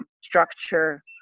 structure